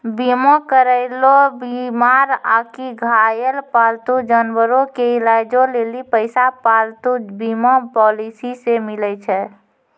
बीमा करैलो बीमार आकि घायल पालतू जानवरो के इलाजो लेली पैसा पालतू बीमा पॉलिसी से मिलै छै